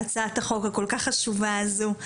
על הצעת החוק הכול כך חשובה הזו.